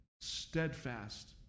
steadfast